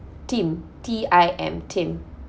tim T_I_M tim